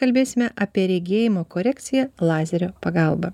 kalbėsime apie regėjimo korekciją lazerio pagalba